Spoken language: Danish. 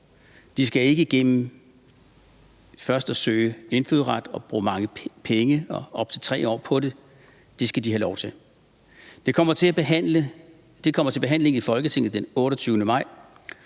først at søge indfødsret og bruge mange penge og op til 3 år på det – det skal de have lov til at blive. Det kommer til behandling i Folketinget den 28. maj.